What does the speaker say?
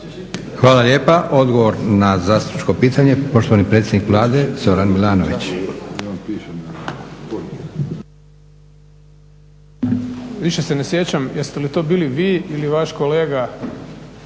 Hvala lijepo. Odgovor na zastupničko pitanje, poštovani predsjednik Vlade, Zoran Milanović.